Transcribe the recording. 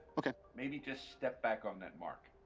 okay. maybe just step back on that mark.